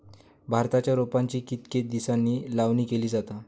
भाताच्या रोपांची कितके दिसांनी लावणी केली जाता?